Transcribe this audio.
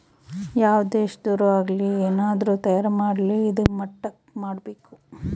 ಯಾವ್ ದೇಶದೊರ್ ಆಗಲಿ ಏನಾದ್ರೂ ತಯಾರ ಮಾಡ್ಲಿ ಇದಾ ಮಟ್ಟಕ್ ಮಾಡ್ಬೇಕು